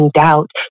doubt